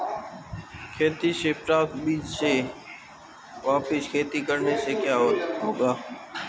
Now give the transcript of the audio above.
खेती से प्राप्त बीज से वापिस खेती करने से क्या होगा?